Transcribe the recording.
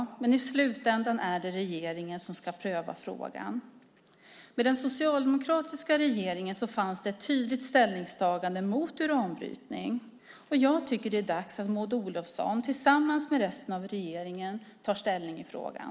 Men i slutändan är det regeringen som ska pröva frågan. Med den socialdemokratiska regeringen fanns ett tydligt ställningstagande mot uranbrytning. Jag tycker att det är dags att Maud Olofsson tillsammans med resten av regeringen tar ställning i frågan.